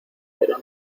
pero